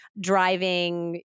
driving